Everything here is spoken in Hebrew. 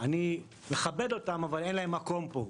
אני מכבד אותם אבל אין להם מקום פה.